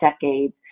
decades